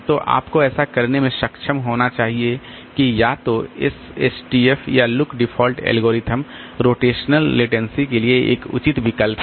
तो आपको ऐसा करने में सक्षम होना चाहिए कि या तो एसएसटीएफ या look default algorithm rotational latency के लिए एक उचित विकल्प है